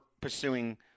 pursuing